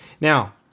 Now